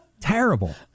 Terrible